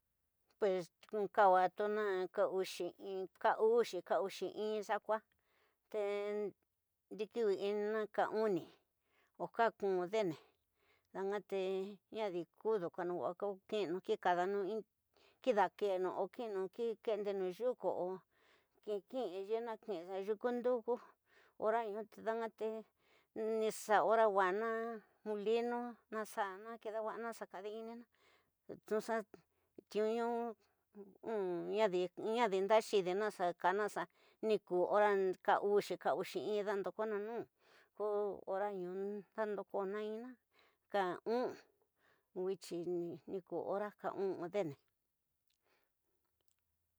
Pues kawatuna ka uxi ii, ka uxi, ka uxi in xakua te ndikuwi'ini ka uni, o ka kü dene danga te ñadi kudu wana ka ko kinu ku kadanu ki dakuenu o kiñnu ki ke'en du yuku ku ko ki nki yiina kiina yuku nduku oratu dunga te nixaa ora wana mulinu naxana nakadawawane xakadinu na, yuu tiü ñu nadi ndaxidinu xa kanaxa nikuera, ka uxi ka uxi ñi da ndokona ñko ora ñu xa ndokona inina ka u'ü, wity ni kuora, ka u'ü dene.